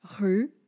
rue